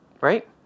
Right